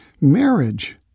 marriage